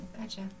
Gotcha